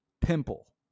pimple